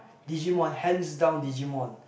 Digimon hands down Digimon